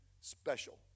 special